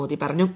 മോദി പറഞ്ഞു